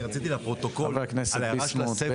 אני רציתי לפרוטוקול על ההערה לגבי הספר: -- חבר הכנסת ביסמוט,